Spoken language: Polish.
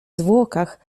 zwłokach